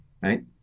right